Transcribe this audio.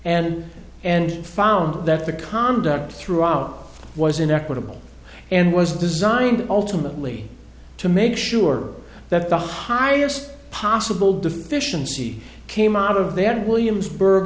and and found that the conduct throughout was inequitable and was designed ultimately to make sure that the highest possible deficiency came out of the ad williamsburg